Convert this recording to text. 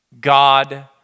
God